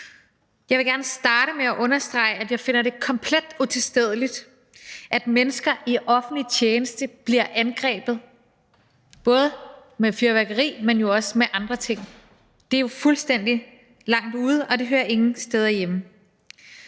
Jeg vil gerne starte med at understrege, at jeg finder det komplet utilstedeligt, at mennesker i offentlig tjeneste bliver angrebet ikke kun med fyrværkeri, men jo også med andre ting. Det er jo fuldstændig langt ude, og det hører ingen steder hjemme.